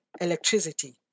electricity